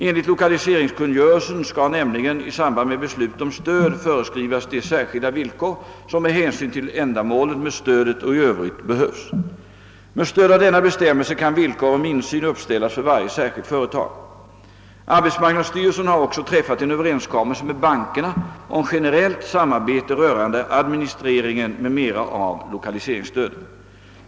Enligt lokaliseringskungörelsen skall nämligen i samband med beslut om stöd föreskrivas de särskilda villkor som med hänsyn till ändamålet med stödet och i övrigt behövs. Med stöd av denna bestämmelse kan villkor om insyn uppställas för varje särskilt företag. Arbetsmarknadsstyrelsen har också träffat en överenskommelse med bankerna om generellt samarbete rörande administreringen m.m. av lokaliseringsstödet.